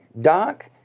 Doc